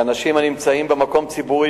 מבירור הפרטים עולה כי פקודת מניעת טרור,